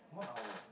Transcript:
one hour